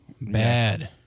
bad